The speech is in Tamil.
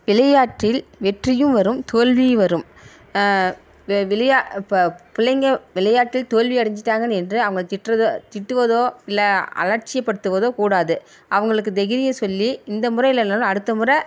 விளையாட்டில் வெற்றியும் வரும் தோல்வியும் வரும் விளையா இப்போ பிள்ளைங்க விளையாட்டில் தோல்வி அடைஞ்சுட்டாங்க என்று அவங்கள திட்டுகிறதோ திட்டுவதோ இல்லை அலட்சியப்படுத்துவதோ கூடாது அவங்களுக்கு தைரியம் சொல்லி இந்த முறை இல்லைனாலும் அடுத்த முறை